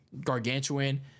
gargantuan